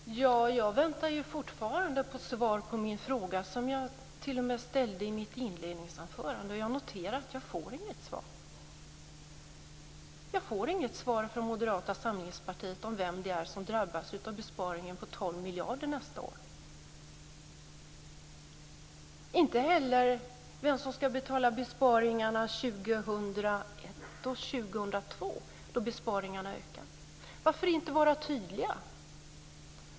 Fru talman! Jag väntar fortfarande på svar på min fråga som jag ställde i mitt inledningsanförande. Jag noterar att jag inte får något svar. Jag får inget svar från Moderata samlingspartiet om vem det är som drabbas av besparingen på 12 miljarder nästa år. Inte heller vem som ska betala besparingarna 2001 och 2002, då besparingarna ökar. Varför inte vara tydlig?